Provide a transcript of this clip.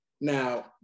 Now